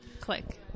click